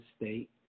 state